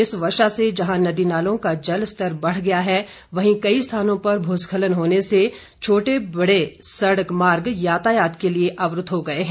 इस वर्षा से जहां नदी नालों का जल स्तर बढ़ गया है वहीं कई स्थानों पर भूस्खलन होने से छोटे बड़े सड़क मार्ग यातायात के लिए अवरूद्व हो गए हैं